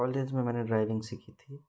college में मैंने driving सीखी थी